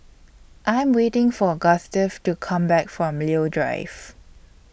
I Am waiting For Gustave to Come Back from Leo Drive